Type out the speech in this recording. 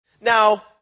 Now